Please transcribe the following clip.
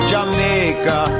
Jamaica